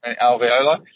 alveoli